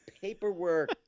paperwork